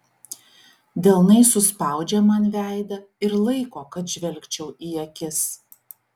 delnais suspaudžia man veidą ir laiko kad žvelgčiau į akis